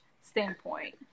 standpoint